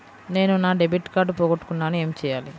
నేను నా debit card పోగొట్టుకున్నాను ఏమి చేయాలి?